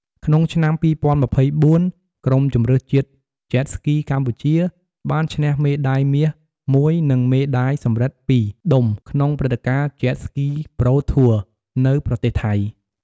ក្នុងឆ្នាំ ២០២៤ ក្រុមជម្រើសជាតិ Jet Ski កម្ពុជា បានឈ្នះ មេដាយមាសមួយ និងមេដាយសំរិទ្ធពីរដុំ ក្នុងព្រឹត្តិការណ៍ Jet Ski Pro Tour នៅប្រទេសថៃ។